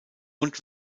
und